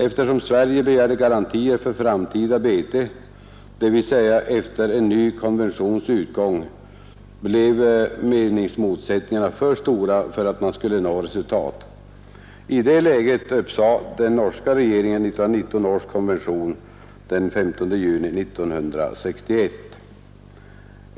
Eftersom Sverige begärde garantier för framtida bete, dvs. efter en ny konventions utgång, blev meningsmotsättningarna för stora för att man skulle kunna nå resultat. I det läget uppsade den 15 juni 1961 den norska regeringen 1919 års konvention.